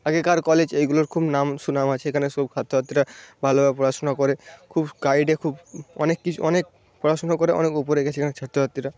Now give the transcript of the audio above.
আগেকার কলেজ এইগুলোর খুব নাম সুনাম আছে এখানে সব ছাত্রছাত্রীরা ভালোভাবে পড়াশুনা করে খুব গাইডে খুব অনেক কিছু অনেক পড়াশুনো করে অনেক ওপরে গেছে এখানের ছাত্রছাত্রীরা